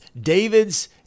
David's